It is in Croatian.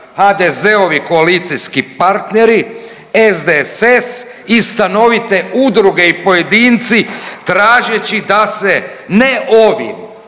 HDZ-ovi koalicijski partneri SDSS i stanovite udruge i pojedinci tražeći da se ne ovim